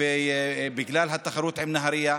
בגלל התחרות עם נהריה,